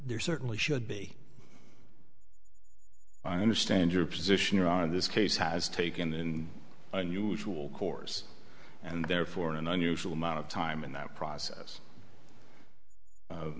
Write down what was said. there certainly should be i understand your position around this case has taken in unusual course and therefore an unusual amount of time in that process